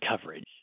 coverage